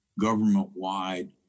government-wide